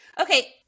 Okay